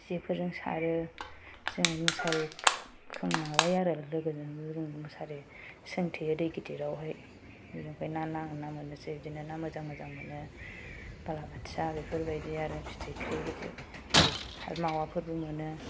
जेफोरजों सारो जों मुसारि खोंना माबायो आरो लोगोजों लोगो मुसारि संथेयो दै गिदिरावहाय ओमफ्राय ना मोननोसै बिदिनो ना मोजां मोजां मोनो बालाबाथिया बेफोरबायदि आरो फिथिख्रि बिदि गिदिर आरो मावाफोरबो मोनो